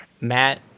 Matt